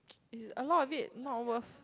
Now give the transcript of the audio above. is a lot of it not worth